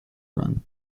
run